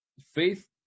faith